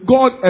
God